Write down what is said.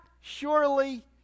surely